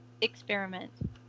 experiment